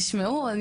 תשמעו,